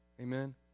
Amen